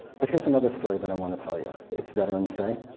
but here's another story that i want to tell you. it's veterans day.